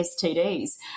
STDs